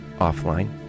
offline